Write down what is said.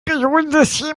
periodensystem